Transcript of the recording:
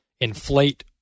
inflate